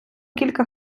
кілька